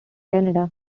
canada